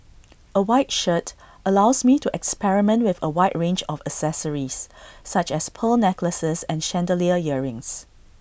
A white shirt allows me to experiment with A wide range of accessories such as pearl necklaces and chandelier earrings